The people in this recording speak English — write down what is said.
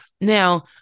Now